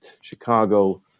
Chicago